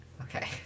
Okay